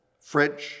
French